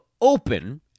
open